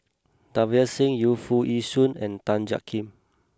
Davinder Singh Yu Foo Yee Shoon and Tan Jiak Kim